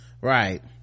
right